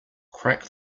crack